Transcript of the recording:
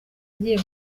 agiye